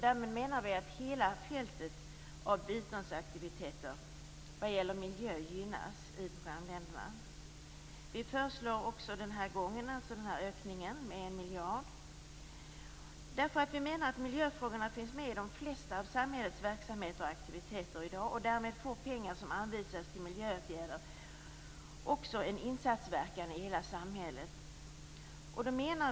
Därmed menar vi att hela fältet av biståndsaktiviteter vad gäller miljö gynnas i programländerna. Den här gången föreslår vi också den här ökningen med 1 miljard. Vi menar att miljöfrågorna finns med i de flesta av samhällets verksamheter och aktiviteter i dag. Därmed får pengar som anvisas till miljöåtgärder också en insatsverkan i hela samhället.